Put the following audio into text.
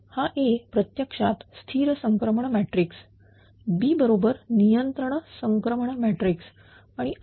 हा A प्रत्यक्षात स्थिर संक्रमण मॅट्रिक्सB बरोबर नियंत्रण संक्रमण मॅट्रिक्स आणि I